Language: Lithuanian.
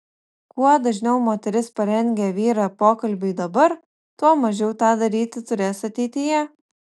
kuo dažniau moteris parengia vyrą pokalbiui dabar tuo mažiau tą daryti turės ateityje